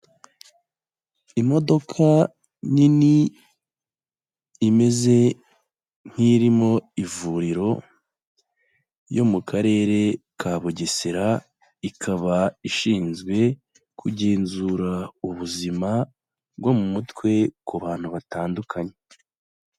Imodoka nini imeze nk'irimo ivuriro yo mu karere ka Bugesera, ikaba ishinzwe kugenzura ubuzima bwo mu mutwe ku bantu batandukanye.